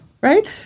Right